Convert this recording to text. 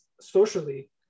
socially